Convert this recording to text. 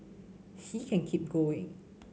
he can keep going